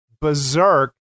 berserk